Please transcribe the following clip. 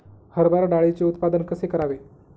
हरभरा डाळीचे उत्पादन कसे करावे?